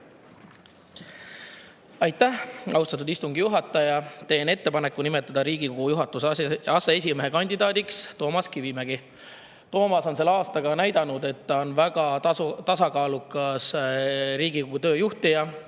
Aitäh, austatud istungi juhataja! Teen ettepaneku nimetada Riigikogu juhatuse aseesimehe kandidaadiks Toomas Kivimägi. Toomas on selle aastaga näidanud, et ta on väga tasakaalukas Riigikogu töö juhtija.